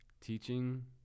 teaching